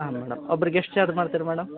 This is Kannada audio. ಹಾಂ ಮೇಡಮ್ ಒಬ್ರಿಗೆ ಎಷ್ಟು ಚಾರ್ಜ್ ಮಾಡ್ತೀರ ಮೇಡಮ್